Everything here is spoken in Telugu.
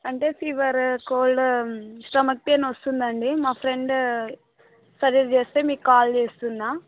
అంటే ఫీవర్ కోల్డ్ స్టమక్ పెయిన్ వస్తుంది అండి మా ఫ్రెండ్ సజెస్ట్ చేస్తే మీకు కాల్ చేస్తున్నాను